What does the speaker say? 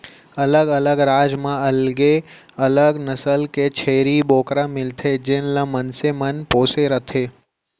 अलग अलग राज म अलगे अलग नसल के छेरी बोकरा मिलथे जेन ल मनसे मन पोसे रथें